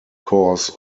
course